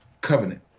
Covenant